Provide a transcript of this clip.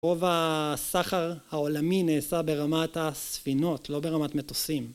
רוב הסחר העולמי נעשה ברמת הספינות, לא ברמת מטוסים.